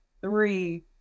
three